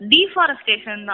Deforestation